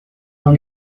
dans